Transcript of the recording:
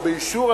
או באישור,